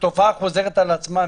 התופעה חוזרת על עצמה,